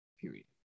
period